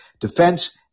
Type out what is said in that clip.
Defense